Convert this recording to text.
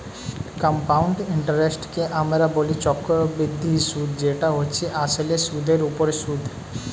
compound ইন্টারেস্টকে আমরা বলি চক্রবৃদ্ধি সুদ যেটা হচ্ছে আসলে সুদের উপর সুদ